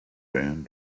band